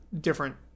different